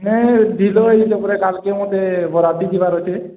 ନାଇଁ ଢିଲା ହେଇଯାଉଛେ ପୂରା କାଲ୍କେ ମୋତେ ବରାତି ଯିବାର୍ ଅଛି